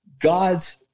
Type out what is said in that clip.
God's